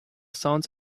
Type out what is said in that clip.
sounds